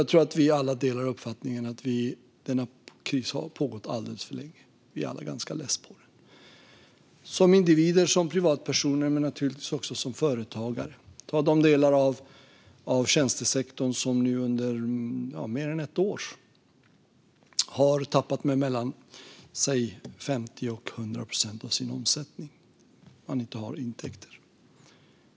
Jag tror att vi alla delar uppfattningen att denna kris har pågått alldeles för länge. Vi är alla ganska less på den, som individer och privatpersoner men naturligtvis också som företagare. Delar av tjänstesektorn har nu under mer än ett år tappat mellan 50 och 100 procent av sin omsättning för att man inte har intäkter.